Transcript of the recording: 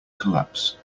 collapse